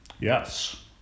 yes